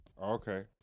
okay